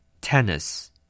Tennis